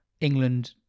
England